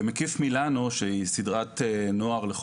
ב"מקיף מילנו" שהיא סדרת נוער מאוד